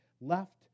left